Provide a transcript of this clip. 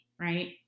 right